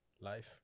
life